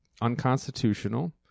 unconstitutional